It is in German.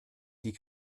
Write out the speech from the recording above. die